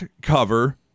cover